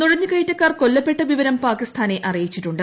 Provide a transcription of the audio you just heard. നുഴഞ്ഞുകയറ്റക്കാർ കൊല്ലപ്പെട്ട വിവരം പാക്യിസ്ക്കാന അറിയിച്ചിട്ടുണ്ട്